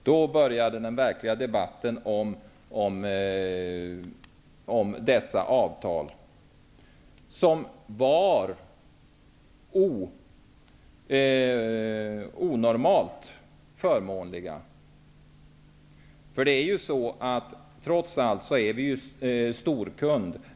Då började den verkliga debatten om dessa avtal, som var onormalt förmånliga. Trots allt är Invandrarverket en storkund.